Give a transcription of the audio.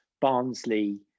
Barnsley